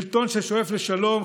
שלטון ששואף לשלום,